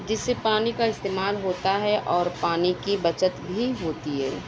جس سے پانی کا استعمال ہوتا ہے اور پانی کی بچت بھی ہوتی ہے